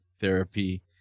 therapy